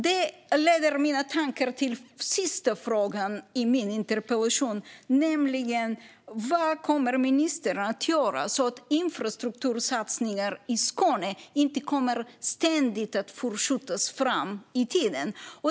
Det leder mina tankar till den sista frågan i min interpellation: Vad kommer ministern att göra för att infrastruktursatsningar i Skåne inte ständigt ska förskjutas framåt i tiden?